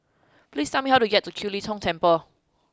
please tell me how to get to Kiew Lee Tong Temple